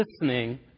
listening